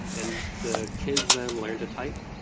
and the kids then learn to type,